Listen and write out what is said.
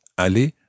aller